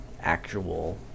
actual